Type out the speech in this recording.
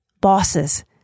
bosses